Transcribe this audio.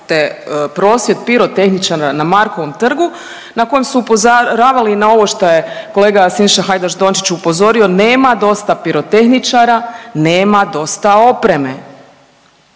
prosvjed pirotehničara na Markovom trgu na kojem su upozoravali ovo što je kolega Siniša Hajdaš Dončić upozorio, nema dosta pirotehničara, nema dosta opreme.